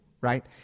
right